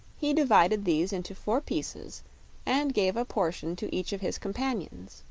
he divided these into four pieces and gave a portion to each of his companions.